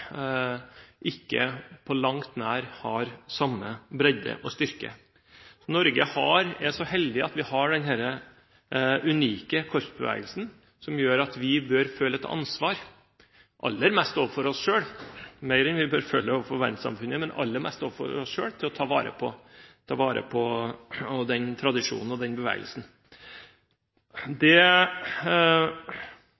ikke på langt nær har samme bredde og styrke. I Norge er vi så heldige å ha denne unike korpsbevegelsen, og det gjør at vi bør føle et ansvar – aller mest overfor oss selv, mer enn overfor verdenssamfunnet – for å ta vare på denne tradisjonen og denne bevegelsen.